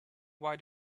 why